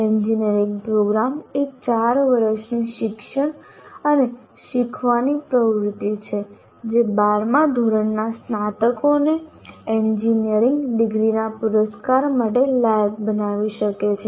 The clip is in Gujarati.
એન્જિનિયરિંગ પ્રોગ્રામ એ ચાર વર્ષની શિક્ષણ અને શીખવાની પ્રવૃત્તિ છે જે 12 મા ધોરણના સ્નાતકોને એન્જિનિયરિંગ ડિગ્રીના પુરસ્કાર માટે લાયક બનાવી શકે છે